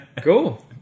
cool